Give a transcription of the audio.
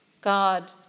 God